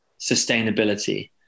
sustainability